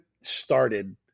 started